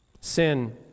Sin